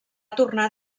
tornar